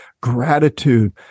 gratitude